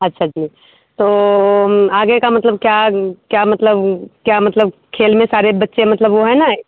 अच्छा जी तो आगे का मतलब क्या मतलब क्या मतलब खेल में सारे बच्चे मतलब वह हैं नै